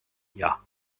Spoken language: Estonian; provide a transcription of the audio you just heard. jah